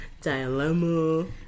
Dilemma